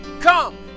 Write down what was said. come